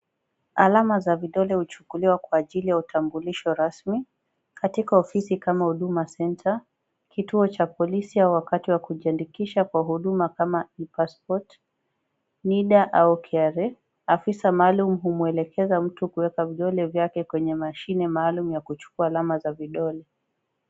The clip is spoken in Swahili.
Alama za vidole huchukuliwa kwa ajili ya utambulisho rasmi, katika ofisi kama Huduma Centre, kituo cha polisi au wakati wa kujiandikisha kwa huduma kama E-passport , Nida au KRA .Afisa maalum humwelekeza mtu maalum katika mashine maalum ya kuchukua alama za vidole.